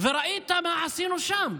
וראית מה עשינו שם.